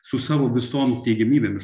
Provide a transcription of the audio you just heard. su savo visom teigiamybėmis